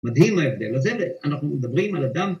מדהים ההבדל הזה, ואנחנו מדברים על אדם